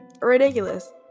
ridiculous